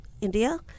India